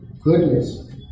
goodness